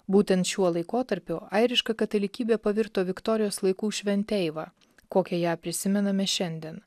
būtent šiuo laikotarpiu airiška katalikybė pavirto viktorijos laikų šventeiva kokią ją prisimename šiandien